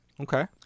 Okay